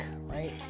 right